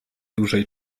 dużej